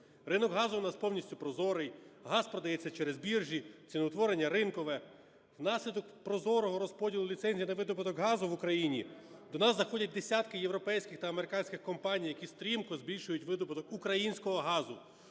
Ринок газу у нас повністю прозорий, газ продається через біржі, ціноутворення ринкове. Внаслідок прозорого розподілу ліцензій та видобуток газу в Україні до нас заходять десятки європейських та американських компаній, які стрімко збільшують видобуток українського газу,